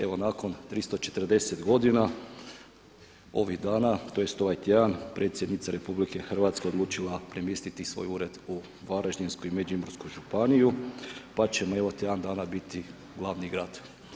Evo nakon 340 godina ovih dana, tj. ovaj tjedan predsjednica RH odlučila premjestiti svoj ured u Varaždinsku i Međimursku županiju pa ćemo evo tjedan dana biti glavni grad.